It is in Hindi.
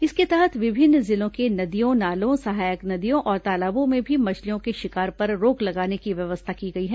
इसके तहत विभिन्न जिलों के नदियों नालों सहायक नदियों और तालाबों में भी मछलियों के शिकार पर रोक लगाने की व्यवस्था की गई है